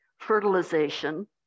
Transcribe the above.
fertilization